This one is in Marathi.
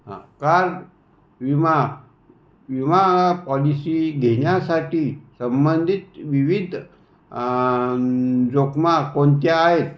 आं काम विमा विमा पॉलिसी घेण्यासाठी संबंधित विविध जोखमा कोणत्या आहेत